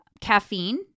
Caffeine